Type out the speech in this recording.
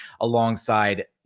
alongside